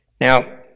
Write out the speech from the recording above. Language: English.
Now